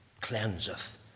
cleanseth